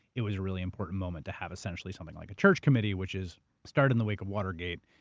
it was a really important moment to have essentially something like a church committee which is started in the wake of watergate,